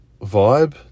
vibe